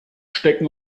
stecken